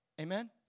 Amen